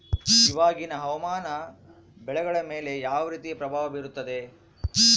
ಇವಾಗಿನ ಹವಾಮಾನ ಬೆಳೆಗಳ ಮೇಲೆ ಯಾವ ರೇತಿ ಪ್ರಭಾವ ಬೇರುತ್ತದೆ?